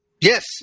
Yes